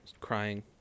crying